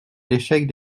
l’échec